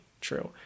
true